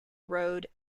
road